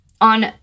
on